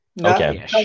Okay